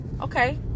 okay